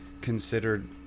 considered